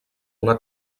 una